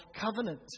covenant